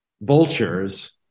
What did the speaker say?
vultures